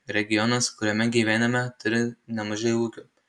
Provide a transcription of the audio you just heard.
regionas kuriame gyvename turi nemažai ūkių